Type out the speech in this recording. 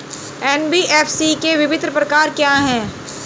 NBFC के विभिन्न प्रकार क्या हैं?